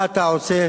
מה אתה עושה?